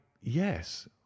yes